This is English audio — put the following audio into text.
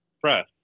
press